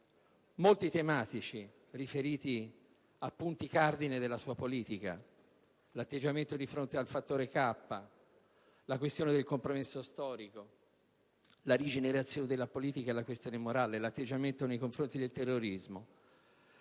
sono tematici e riferiti a punti cardine della sua politica (l'atteggiamento di fronte al fattore «K», la questione del compromesso storico, la rigenerazione della politica, la questione morale, l'atteggiamento nei confronti del terrorismo),